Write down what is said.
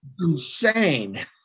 insane